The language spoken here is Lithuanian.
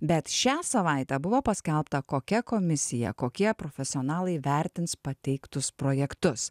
bet šią savaitę buvo paskelbta kokia komisija kokie profesionalai vertins pateiktus projektus